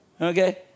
Okay